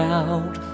out